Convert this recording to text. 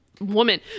woman